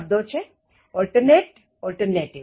શબ્દો છે alternate alternative